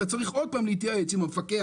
אתה צריך עוד פעם להתייעץ עם המפקח